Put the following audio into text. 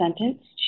sentenced